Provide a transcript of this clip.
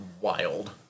wild